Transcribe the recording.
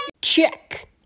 Check